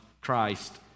Christ